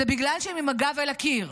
זה בגלל שהם עם הגב אל הקיר.